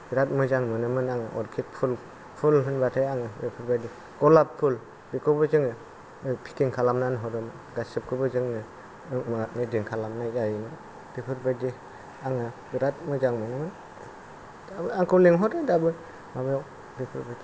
बेराद मोजां मोनोमोन आङो अर्खिड फुल फुल होनबाथाय आं बेफोरबादि गलाब फुल बेखौबो जोङो फिकिं खालामनानै हरोमोन गासिखौबो जोंनो ग्रेडिं खालामनाय जायोमोन बेफोरबादि आङो बेराद मोजां मोनोमोन दाबो आंखौ लेंहरो दाबो माबायाव बेफोरबादियाव